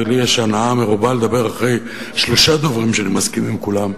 ולי יש הנאה מרובה לדבר אחרי שלושה דוברים שאני מסכים עם כולם,